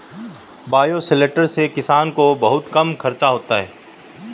bioshelter से किसान का बहुत कम खर्चा होता है